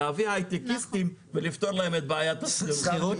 להביא הייטקיסטים ולפתור להם את בעיית השכירות.